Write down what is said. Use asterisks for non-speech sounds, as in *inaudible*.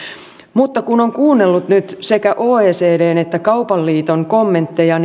mutta kun on kuunnellut nyt sekä oecdn että kaupan liiton kommentteja *unintelligible*